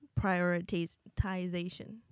prioritization